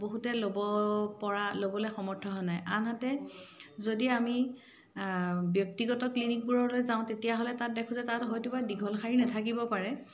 বহুতে ল'ব পৰা ল'বলৈ সমৰ্থন হোৱা নাই আনহাতে যদি আমি ব্যক্তিগত ক্লিনিকবোৰলৈ যাওঁ তেতিয়াহ'লে তাত দেখোঁ যে তাত হয়তোবা দীঘৰ শাৰী নাথাকিব পাৰে